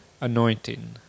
Anointing